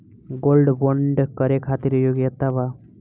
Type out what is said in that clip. Gold bond करे खातिर का योग्यता बा?